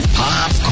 pop